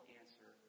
answer